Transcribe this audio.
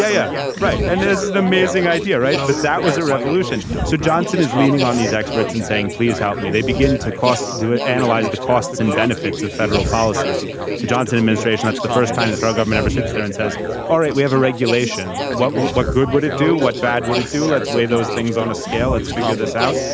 yeah yeah yeah right. and there's the amazing idea right. but that was a revolution. so johnson is leaning on these experts and saying please help me. they begin to cost. do it analyze the costs and benefits of federal policies. the johnson administration that's the first time the government ever sits there and says all right we have a regulation. what what good would it do what bad would it do. let's weigh those things on a scale let's figure this out.